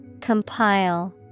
Compile